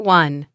one